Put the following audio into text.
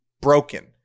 broken